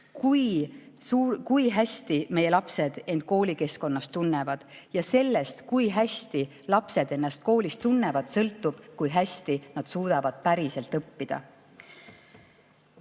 kui hästi meie lapsed end koolikeskkonnas tunnevad, ja sellest, kui hästi lapsed ennast koolis tunnevad, sõltub, kui hästi nad suudavad päriselt õppida. Head